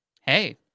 hey